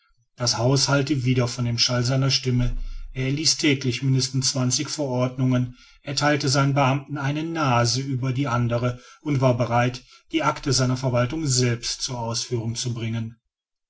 das haus hallte wieder von dem schall seiner stimme er erließ täglich mindestens zwanzig verordnungen ertheilte seinen beamten eine nase über die andere und war bereit die acte seiner verwaltung selbst zur ausführung zu bringen